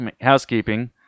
housekeeping